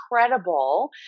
incredible